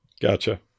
gotcha